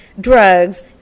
drugs